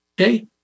okay